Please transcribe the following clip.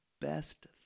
best